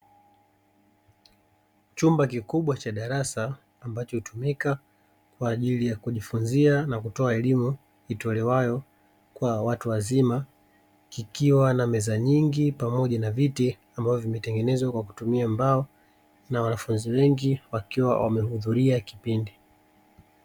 Chumba kikubwa cha darasa ambacho hutumika kwa ajili kujifunza na kutoa elimu itolewayo kwa watu wazima, kikiwa na meza nyingi pamoja na viti ambavyo vimetengenezwa kwakutumia mbao na wanafunzi wengi wakiwa wamehudhuria kipindi.